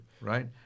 right